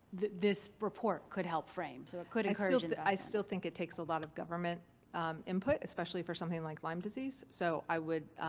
this report could help frame. so it could encourage investment. i still think it takes a lot of government input, especially for something like lyme disease. so i would.